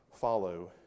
follow